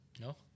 No